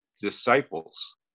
disciples